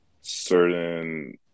certain